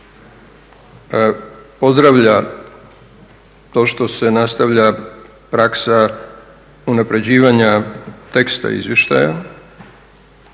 pozdravlja to što se nastavlja praksa unapređivanja teksta izvještaja,